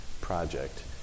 project